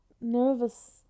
nervous